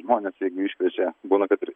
žmonės jie gi iškviečia būna kad ir